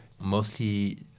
Mostly